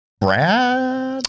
Brad